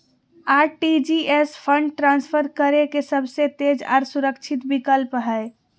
RTGS fund transfer करे के सबसे तेज आर सुरक्षित विकल्प हय